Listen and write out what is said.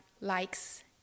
likes